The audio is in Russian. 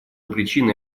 причины